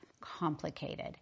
complicated